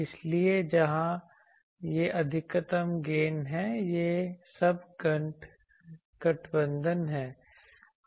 इसलिए जहां यह अधिकतम गेन है यह सब गठबंधन है